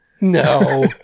no